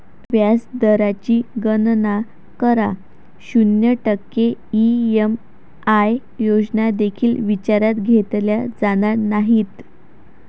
व्याज दराची गणना करा, शून्य टक्के ई.एम.आय योजना देखील विचारात घेतल्या जाणार नाहीत